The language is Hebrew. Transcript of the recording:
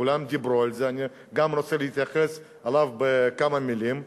כולם דיברו על זה ואני גם רוצה להתייחס אליו בכמה מלים,